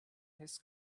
his